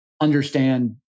understand